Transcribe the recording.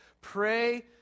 pray